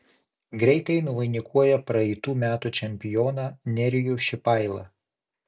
greitai nuvainikuoja praeitų metų čempioną nerijų šipailą